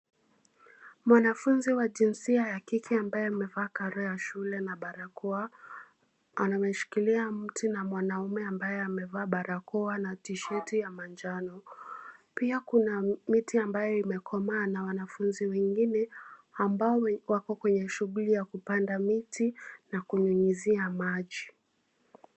Mwanafunzi wa jinsia ya kike ambaye amevaa sare ya shule na barakoa, ameshikilia mti na mwanamume ambaye amevaa barakoa na tisheti ya manjano. Pia kuna miti ambayo imekomaa na wanafunzi wengine ambao wako kwenye shughuli ya kupanda miti na kunyunyizia maji.